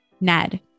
Ned